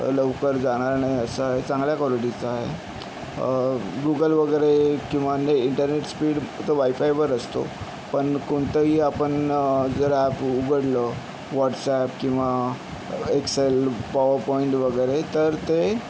लवकर जाणार नाही असा आहे चांगल्या क्वालिटीचा आहे गुगल वगैरे किंवा नेट इंटरनेट स्पीड तर वायफायवर असतो पन कोनतही आपन जर ॲप उघडलं व्हॉटस् ॲप किंवा एक्सेल पोवर पॉइंट वगैरे तर ते